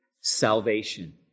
salvation